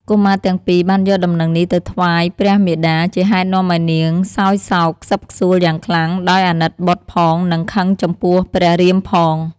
កុមារទាំងពីរ បានយកដំណឹងនេះទៅថ្វាយព្រះមាតា ជាហេតុនាំឱ្យនាងសោយសោកខ្សឹកខ្សួលយ៉ាងខ្លាំង ដោយអាណិតបុត្រផងនិងខឹងចំពោះព្រះរាមផង ។